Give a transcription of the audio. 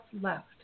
left